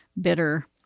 bitter